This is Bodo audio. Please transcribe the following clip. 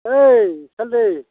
ओइ सालथे